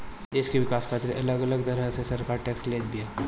देस के विकास खातिर अलग अलग तरही से सरकार टेक्स लेत बिया